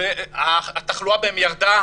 שהתחלואה בהם ירדה,